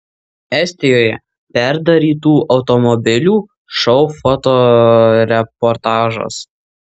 estijoje perdarytų automobilių šou fotoreportažas